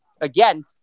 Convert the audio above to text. Again